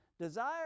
Desire